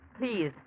Please